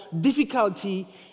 difficulty